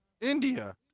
India